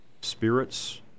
Spirits